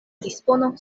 dispono